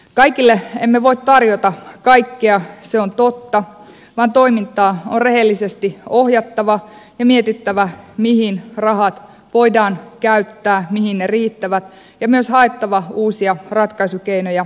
kaikille emme voi tarjota kaikkea se on totta vaan toimintaa on rehellisesti ohjattava ja mietittävä mihin rahat voidaan käyttää mihin ne riittävät ja myös haettava uusia ratkaisukeinoja entisten tilalle